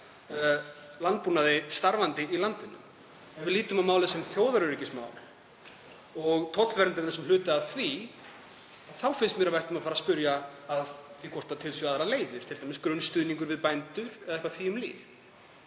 landbúnaði starfandi í landinu? Ef við lítum á málið sem þjóðaröryggismál og tollverndina sem hluta af því, finnst mér að við ættum að fara að spyrja að því hvort til séu aðrar leiðir, t.d. grunnstuðningur við bændur eða eitthvað því um líkt.